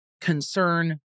concern